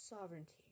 Sovereignty